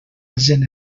hagen